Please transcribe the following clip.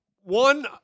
One